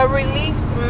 released